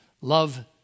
Love